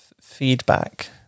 feedback